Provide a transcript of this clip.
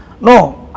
no